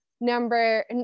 Number